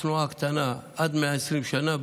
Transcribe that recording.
צנועה: עד 120 שנה,